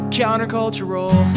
countercultural